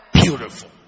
beautiful